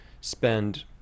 spend